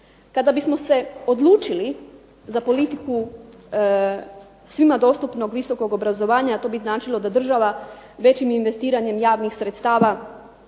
Kada bismo se odlučili za politiku svima dostupnog visokog obrazovanja to bi značilo da država većim investiranjem javnih sredstava